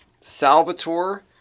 Salvatore